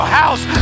house